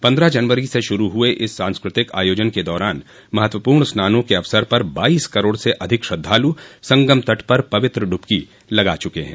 पन्द्रह जनवरी से शुरू हुए इस सांस्कृतिक आयोजन के दौरान महत्वपूर्ण स्नानों के अवसर पर बाइस करोड़ से अधिक श्रद्वालु संगम तट पर पवित्र डुबकी लगा चुके हैं